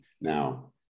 now